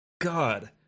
god